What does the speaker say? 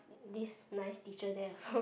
this nice teacher there also